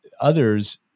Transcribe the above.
Others